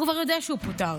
הוא כבר יודע שהוא פוטר.